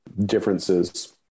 differences